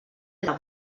pedra